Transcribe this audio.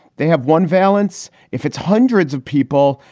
they have one valance. if it's hundreds of people,